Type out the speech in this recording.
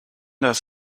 das